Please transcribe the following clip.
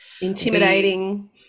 Intimidating